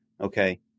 Okay